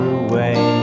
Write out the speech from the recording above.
away